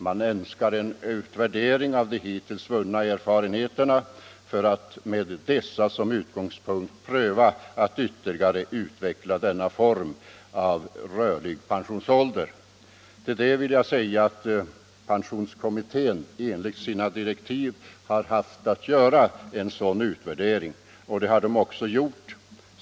Man önskar en utvärdering av de hittills vunna erfarenheterna för att med dessa som utgångspunkt pröva att ytterligare utveckla denna form av rörlig pensionsålder. Till det vill jag säga att pensionskommittén i enlighet med sina direktiv har haft att göra en sådan utvärdering. Det har den också gjort.